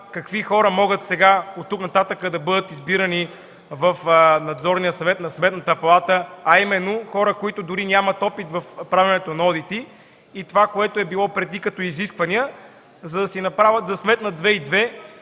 какви хора могат оттук нататък да бъдат избирани в Надзорния съвет на Сметната палата, а именно хора, които дори нямат опит в правенето на одити, и това, което е било преди като изисквания, за да сметнат две и